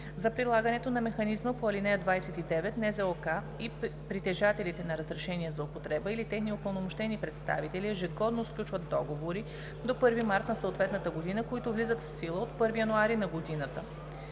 За прилагането на механизма по ал. 29 НЗОК и притежателите на разрешения за употреба или техни упълномощени представители ежегодно сключват договори до 1 март на съответната година, които влизат в сила от 1 януари на годината.